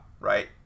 right